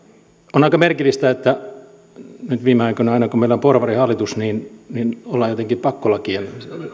on aika merkillistä että nyt viime aikoina aina kun meillä on porvarihallitus niin niin ollaan jotenkin pakkolakien